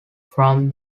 from